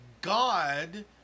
God